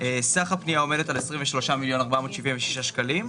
סך הפנייה עומדת על 23.476 מיליון שקלים,